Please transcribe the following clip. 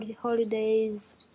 holidays